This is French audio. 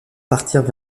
partirent